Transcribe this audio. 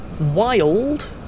Wild